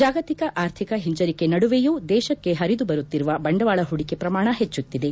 ಜಾಗತಿಕ ಆರ್ಥಿಕ ಹಿಂಜರಿಕೆ ನಡುವೆಯೂ ದೇಶಕ್ಕೆ ಪರಿದು ಬರುತ್ತಿರುವ ಬಂಡವಾಳ ಹೂಡಿಕೆ ಪ್ರಮಾಣ ಹೆಚ್ಚುತ್ತಿದೆ